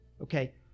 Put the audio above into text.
Okay